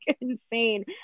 insane